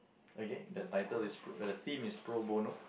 again the title is the theme is pro bono